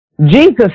Jesus